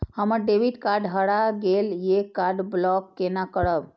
हमर debit card हरा गेल ये कार्ड ब्लॉक केना करब?